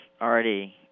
already